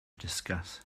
discuss